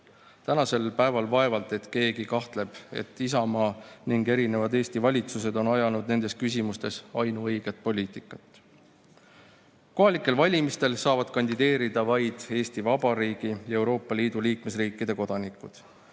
Tänasel päeval vaevalt et keegi kahtleb, et Isamaa ja erinevad Eesti valitsused on ajanud nendes küsimustes ainuõiget poliitikat. Kohalikel valimistel saavad kandideerida vaid Eesti Vabariigi ja Euroopa Liidu liikmesriikide kodanikud.